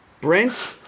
Brent